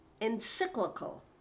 encyclical